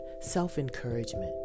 self-encouragement